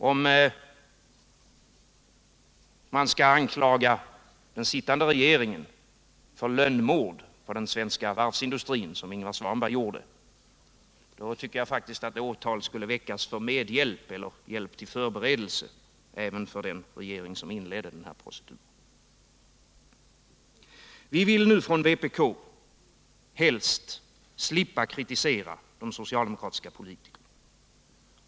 Om man, som Ingvar Svanberg gjorde, anklagar den sittande regeringen för lönnmord på den svenska varvsindustrin, då tycker jag att åtal för medhjälp eller hjälp till förberedelse borde väckas mot den regering som inledde denna procedur. Vi vill från vpk helst slippa kritisera de socialdemokratiska politikerna.